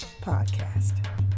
podcast